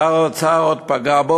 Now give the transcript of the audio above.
שר האוצר עוד פגע בו.